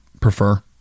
prefer